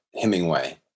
Hemingway